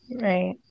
right